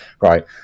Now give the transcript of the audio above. Right